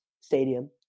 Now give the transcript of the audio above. stadium